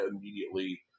immediately